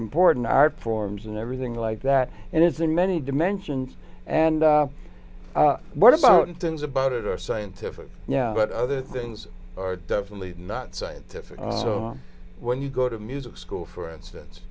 important art forms and everything like that and it's in many dimensions and what about instance about it or scientific yeah but other things are definitely not scientific so when you go to music school for instance